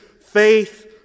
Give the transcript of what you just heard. faith